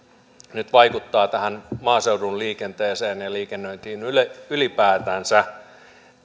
nyt vaikuttavat tähän maaseudun liikenteeseen ja liikennöintiin ylipäätänsä